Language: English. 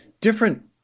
different